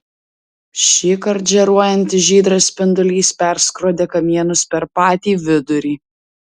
šįkart žėruojantis žydras spindulys perskrodė kamienus per patį vidurį